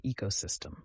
ecosystem